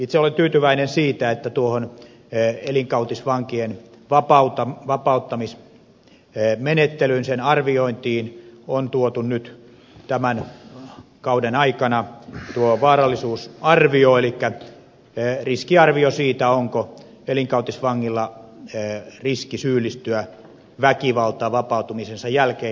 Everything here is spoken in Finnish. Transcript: itse olen tyytyväinen siitä että elinkautisvankien vapauttamismenettelyn arviointiin on tuotu nyt tämän kauden aikana vaarallisuusarvio elikkä riskiarvio siitä onko elinkautisvangilla riski syyllistyä väkivaltaan vapautumisensa jälkeen